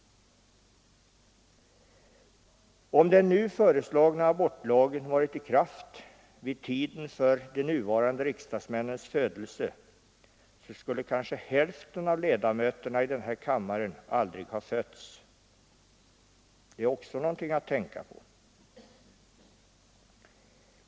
Om den nu föreslagna abortlagen varit i kraft vid tiden för de nuvarande riksdagsmännens födelse, så skulle kanske hälften av kammarens ledamöter aldrig ha fötts. Det är också något att tänka på.